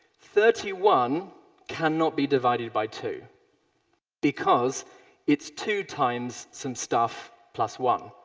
thirty one cannot be divided by two because it's two times some stuff plus one.